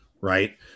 right